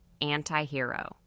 Antihero